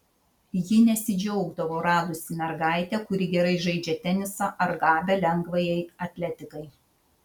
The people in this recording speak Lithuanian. ji nesidžiaugdavo radusi mergaitę kuri gerai žaidžia tenisą ar gabią lengvajai atletikai